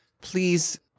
please